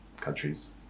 countries